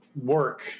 Work